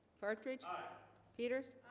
partridge peters